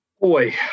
Boy